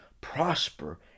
prosper